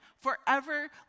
forever